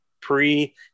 pre